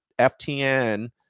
ftn